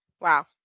Wow